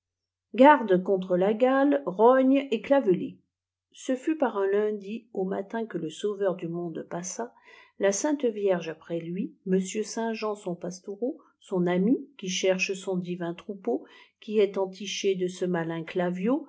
garde contre ta galty rogne et clavelée ce fut par un lundi au matin que le sauveur du monde passa la sainte yierge après lui monsieur saint jean son pastoureau son ami qui cherche son divin troupeau qui est entiché de ce malin